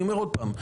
אני אומר עוד פעם: